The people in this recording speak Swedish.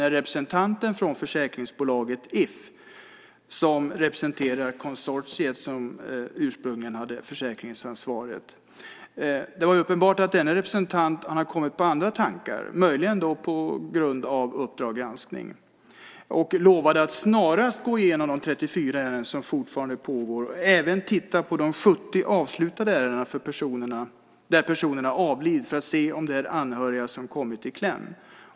Representanten för försäkringsbolaget If som representerar det konsortium som ursprungligen hade försäkringsansvaret hade uppenbarligen kommit på andra tankar, möjligen på grund av Uppdrag granskning. Han lovade att snarast gå igenom de 34 ärenden som fortfarande pågår och även titta på de 70 avslutade ärenden där personerna avlidit för att se om anhöriga har kommit i kläm.